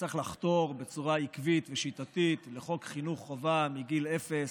צריך לחתור בצורה עקבית ושיטתית לחוק חינוך חובה מגיל אפס.